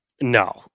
no